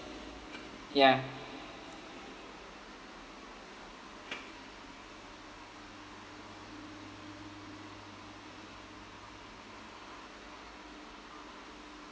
ya